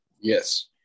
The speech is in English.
Yes